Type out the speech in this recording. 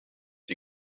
die